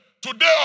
Today